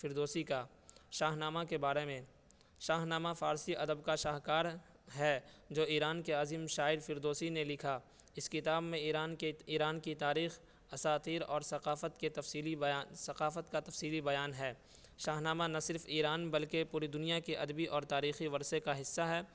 فردوسی کا Shahnameh کے بارے میں شاہ نامہ فارسی ادب کا شاہکار ہے جو ایران کے عظیم شاعر فردوسی نے لکھا اس کتاب میں ایران کے ایران کی تاریخ اساطیر اور ثقافت کے تفصیلی بیان ثقافت کا تفصیلی بیان ہے شاہ نامہ نہ صرف ایران بلکہ پوری دنیا کے ادبی اور تاریخی ورثے کا حصہ ہے